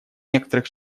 некоторых